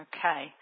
Okay